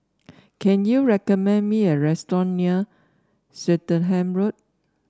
can you recommend me a restaurant near Swettenham Road